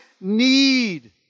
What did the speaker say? need